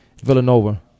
Villanova